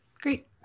Great